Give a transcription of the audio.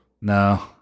No